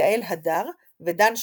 יעל הדר ודן שפירא,